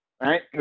Right